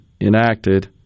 enacted